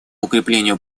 укреплению